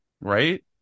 right